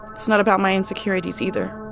it's not about my insecurities, either.